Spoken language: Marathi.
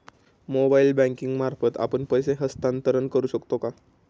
मोबाइल बँकिंग मार्फत आपण पैसे हस्तांतरण करू शकतो का?